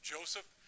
Joseph